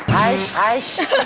i